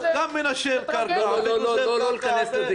לא ניכנס לוויכוח.